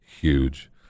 huge